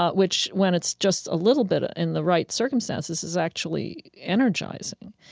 ah which when it's just a little bit in the right circumstances, is actually energizing.